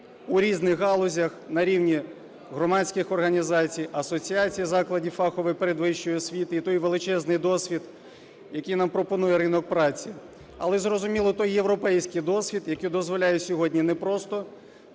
у різних галузях на рівні громадських організацій, асоціацій, закладів фахової передвищої освіти, і той величезний досвід, який нам пропонує ринок праці, але й, зрозуміло, той європейський досвід, який дозволяє сьогодні не просто